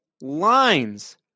Lines